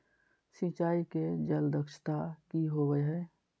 सिंचाई के जल दक्षता कि होवय हैय?